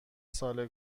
سال